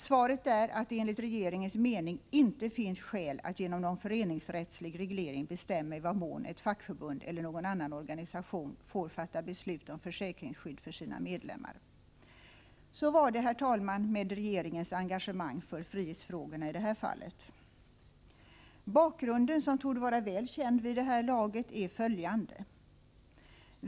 Svaret är att det enligt regeringens mening inte finns skäl att genom någon föreningsrättslig reglering bestämma i vad mån ett fackförbund eller någon annan organisation får fatta beslut om försäkringsskydd för sina medlemmar. Herr talman! Så var det alltså med regeringens engagemang för frihetsfrågorna i det här fallet. Bakgrunden, som torde vara väl känd vid det här laget, är följande.